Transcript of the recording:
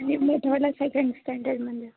मी मी थर्डला सेकंड स्टँडर्डमध्ये